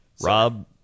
Rob